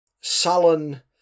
sullen